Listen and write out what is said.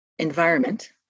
Environment